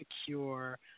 secure